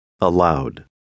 aloud